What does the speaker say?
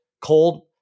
cold